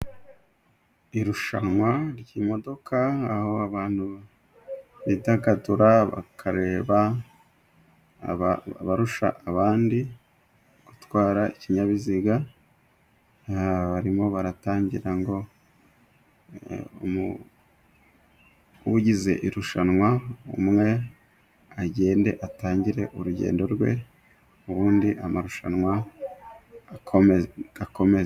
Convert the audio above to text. Irushanwa ry'imodoka aho abantu bidagadura bakareba abarusha abandi gutwara ikinyabiziga. Barimo baratangira ngo ugize irushanwa umwe agende atangire urugendo rwe, ubundi amarushanwa akomeze.